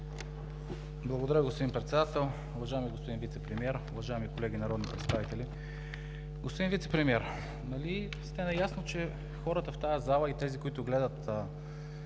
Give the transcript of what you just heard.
Уважаеми господин Вицепремиер, уважаеми колеги народни представители! Господин Вицепремиер, нали сте наясно, че хората в тази зала и тези, които гледат